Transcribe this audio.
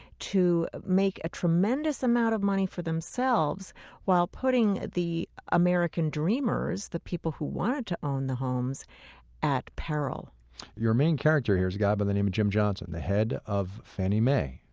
to make a tremendous amount of money for themselves while putting the american dreamers the people who wanted to own the homes at peril your main character here is a guy by but the name jim johnson, the head of fannie mae,